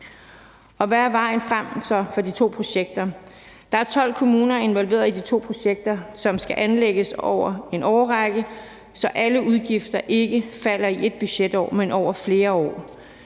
Hvad er vejen så frem for de to projekter? Der er 12 kommuner involveret i de to projekter, som skal anlægges over en årrække, så alle udgifter ikke falder i ét budgetår, men over flere år.